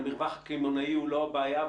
המרווח הקמעונאי הוא לא הבעיה,